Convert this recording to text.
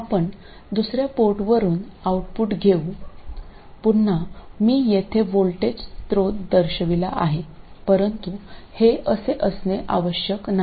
आपण दुसर्या पोर्टवरून आऊटपुट घेऊ पुन्हा मी येथे व्होल्टेज स्त्रोत दर्शविला आहे परंतु हे असे असणे आवश्यक नाही